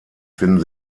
finden